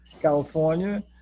California